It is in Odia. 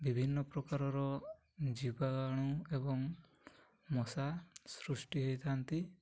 ବିଭିନ୍ନ ପ୍ରକାରର ଜୀବାଣୁ ଏବଂ ମଶା ସୃଷ୍ଟି ହେଇଥାନ୍ତି